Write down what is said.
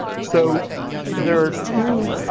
so there are two,